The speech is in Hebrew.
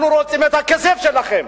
אנחנו רוצים את הכסף שלכם,